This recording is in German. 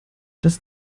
das